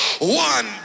One